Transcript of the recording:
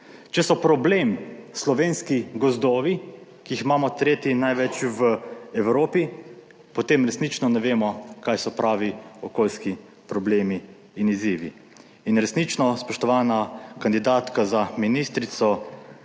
Če so problem slovenski gozdovi, ki jih imamo tretji največ v Evropi, potem resnično ne vemo, kaj so pravi okolijski problemi in izzivi. In resnično, spoštovana kandidatka za ministrico,